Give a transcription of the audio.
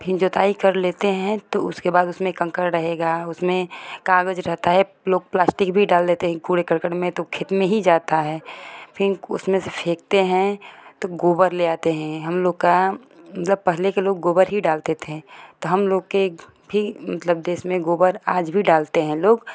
फिर जुताई कर लेते हैं तो उसके बाद उसमें कंकड़ रहेगा उसमें कागज़ रहता है उसमें लोग प्लास्टिक भी डाल देते हैं कूड़ा करकट में तो खेत में ही जाता है फिर उसमें से फेंकते हैं तो गोबर ले आते हैं हम लोग का जब पहले के लोग गोबर ही डालते थे त हम लोग के भी देश में गोबर आज भी डालते हैं लोग